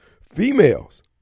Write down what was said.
females